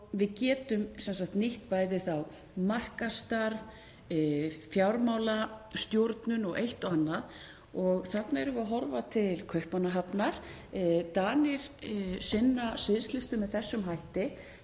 við getum þá bæði nýtt markaðsstarf, fjármálastjórnun og eitt og annað. Þarna erum við að horfa til Kaupmannahafnar. Danir sinna sviðslistum með þessum hætti.